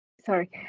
Sorry